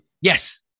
Yes